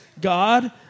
God